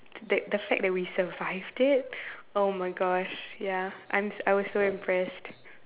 that the fact that we survived it oh my gosh ya I'm I was so impressed